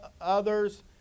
others